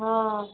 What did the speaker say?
हाँ